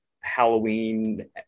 Halloween